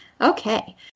Okay